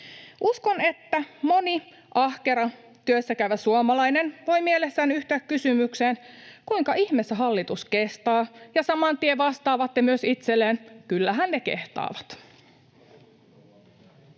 Uskon, että moni ahkera työssäkäyvä suomalainen voi mielessään yhtyä kysymykseen, kuinka ihmeessä hallitus kehtaa, ja samantien he myös vastaavat itselleen, että kyllähän ne kehtaavat.